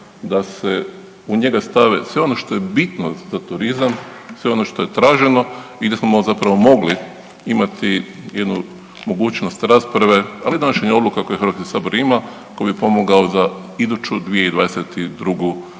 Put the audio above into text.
da se u njega stave sve ono što je bitno za turizam, sve ono što je traženo i da smo zapravo mogli imati jednu mogućnost rasprave ali i donošenja odluka koje Hrvatski sabor ima koji bi pomogao za iduću 2022. godinu.